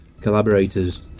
Collaborators